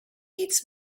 its